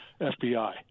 FBI